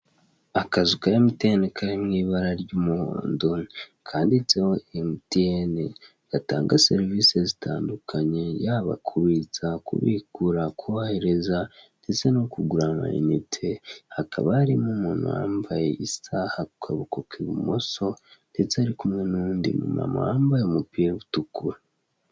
Akazu ka emutiyene kari mu ibara ry'umuhondo kanditseho emutiyene, gatanga serivise zitandukanye yaba kubitsa, kubikura, kohereza ndetse no kugura ama inite. Hakaba harimo umuntu wambaye isaha ku kaboko k'ibumoso ndetse ari kumwe n'uwundi mumama wambaye umupira utukura.